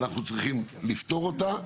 אנחנו צריכים לפתור אותה.